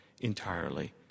entirely